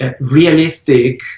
realistic